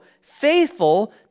faithful